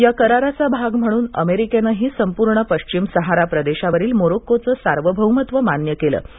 या कराराचा भाग म्हणून अमरिक्ती संपूर्ण पश्विम सहारा प्रदश्ववरील मोरोक्कोचं सार्वभौमत्व मान्य कलि